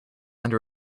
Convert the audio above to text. under